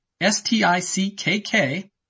S-T-I-C-K-K